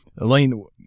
Elaine